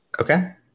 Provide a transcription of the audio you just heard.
Okay